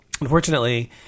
unfortunately